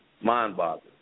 mind-boggling